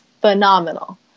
phenomenal